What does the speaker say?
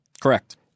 Correct